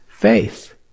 faith